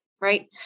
right